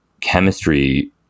chemistry